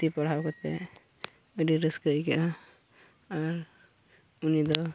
ᱯᱩᱛᱷᱤ ᱯᱟᱲᱦᱟᱣ ᱠᱟᱛᱮᱫ ᱟᱹᱰᱤ ᱨᱟᱹᱥᱠᱟᱹ ᱟᱹᱭᱠᱟᱹᱜᱼᱟ ᱟᱨ ᱩᱱᱤᱫᱚ